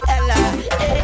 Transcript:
Ella